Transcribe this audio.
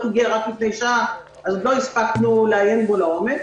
הגיע רק לפני שעה אז עוד לא הספקנו לעיין בו לעומק,